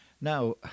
Now